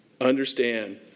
understand